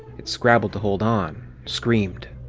it scrabbled to hold on, screamed.